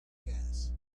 gas